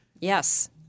Yes